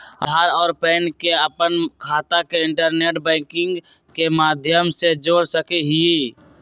आधार और पैन के अपन खाता से इंटरनेट बैंकिंग के माध्यम से जोड़ सका हियी